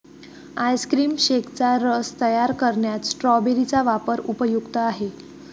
ice cream शेकचा रस तयार करण्यात स्ट्रॉबेरी चा वापर उपयुक्त आहे